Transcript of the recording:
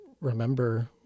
remember